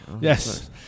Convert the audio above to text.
Yes